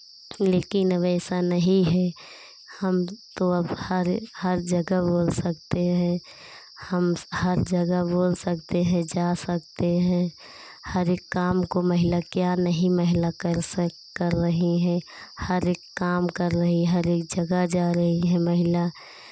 लेकिन अब ऐसा नहीं है हम तो अब हर हर जगह बोल सकते हैं हम हर जगह बोल सकते हैं जा सकते हैं हर एक काम को महिला क्या नहीं महिला कर सक कर रही हैं हर एक काम कर रही हर एक जगह जा रही हैं महिला